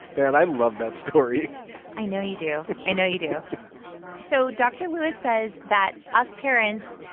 man. i love that story i know you do. i know you do so dr. lewis says that, us parents,